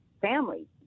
Family